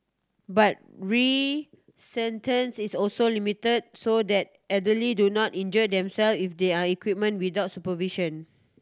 but is also limited so that elderly do not injure themselves if they are equipment without supervision